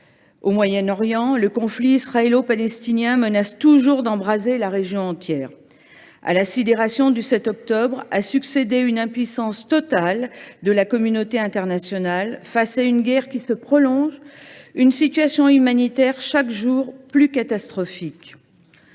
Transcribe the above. Au Moyen Orient, le conflit israélo palestinien menace toujours d’embraser la région entière. À la sidération du 7 octobre a succédé une impuissance totale de la communauté internationale face à une guerre qui se prolonge et à une situation humanitaire chaque jour plus catastrophique.